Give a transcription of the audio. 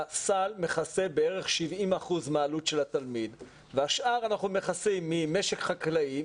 הסל מכסה בערך 70% מהעלות של התלמיד והשאר אנחנו מכסים ממשק חקלאי,